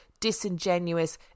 disingenuous